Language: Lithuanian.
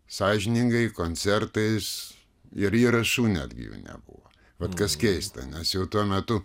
sąžiningai koncertais ir įrašu netgi jų nebuvo vat kas keista nes jau tuo metu